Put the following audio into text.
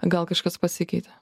gal kažkas pasikeitė